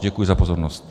Děkuji za pozornost.